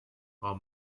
our